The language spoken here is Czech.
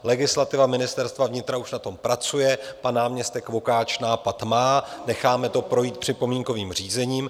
Legislativa Ministerstva vnitra už na tom pracuje, pan náměstek Vokáč nápad má, necháme to projít připomínkovým řízením.